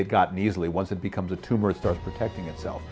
get gotten easily once it becomes a tumor start protecting